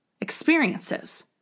experiences